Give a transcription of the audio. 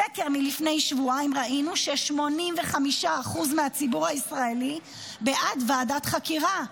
בסקר מלפני שבועיים ראינו ש-85% מהציבור הישראלי בעד ועדת חקירה.